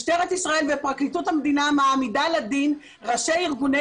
משטרת ישראל ופרקליטות המדינה מעמידה לדין ראשי ארגוני